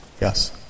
Yes